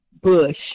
bush